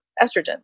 estrogen